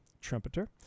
trumpeter